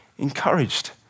encouraged